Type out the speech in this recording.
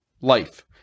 life